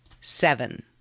seven